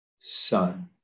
son